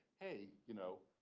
hey, you know,